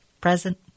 present